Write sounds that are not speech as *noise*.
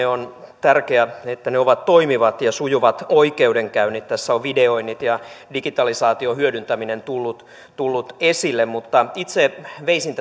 *unintelligible* on tärkeää että hallinto ja rakenne ovat toimivat ja oikeudenkäynnit sujuvat tässä on videoinnit ja digitalisaation hyödyntäminen tullut tullut esille mutta itse veisin *unintelligible*